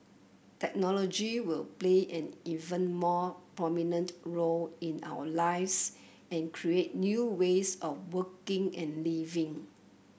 technology will play an even more prominent role in our lives and create new ways of working and living